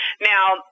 Now